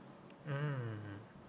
mm